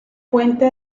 puente